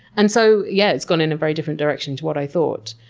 and so, yeah it's gone in a very different direction to what i thought.